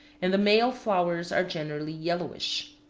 and the male flowers are generally yellowish.